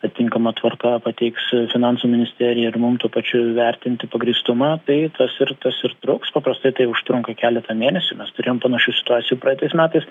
atitinkama tvarka pateiks finansų ministerija ir mum tuo pačiu įvertinti pagrįstumą tai tas ir tas ir truks paprastai tai užtrunka keletą mėnesių mes turėjom panašių situacijų praeitais metais